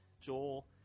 Joel